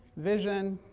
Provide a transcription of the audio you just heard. vision,